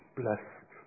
blessed